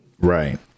Right